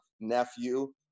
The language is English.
nephew